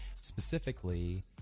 specifically